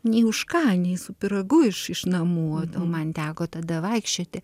nei už ką nei su pyragu iš iš namų man teko tada vaikščioti